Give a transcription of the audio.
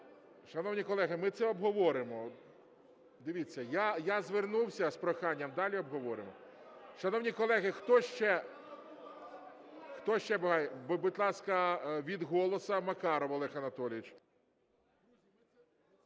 Шановні колеги, ми це обговоримо. Дивіться, я звернувся з проханням, далі обговоримо. Шановні колеги, хто ще? Будь ласка, від "Голосу" Макаров Олег Анатолійович.